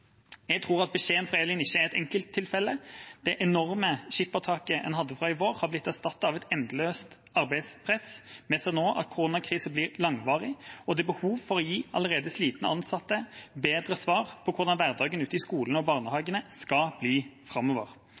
Jeg tror at beskjeden fra Elin ikke er et enkelttilfelle. Det enorme skippertaket en hadde fra i vår, er blitt erstattet av et endeløst arbeidspress. Vi ser nå at koronakrisa blir langvarig, og det er behov for å gi allerede slitne ansatte bedre svar på hvordan hverdagen ute i skolene og barnehagene skal bli framover.